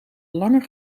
langer